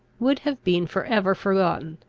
would have been for ever forgotten.